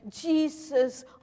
Jesus